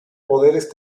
poderes